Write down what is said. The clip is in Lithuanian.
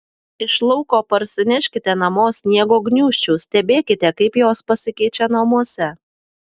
iš lauko parsineškite namo sniego gniūžčių stebėkite kaip jos pasikeičia namuose